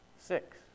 Six